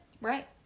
Right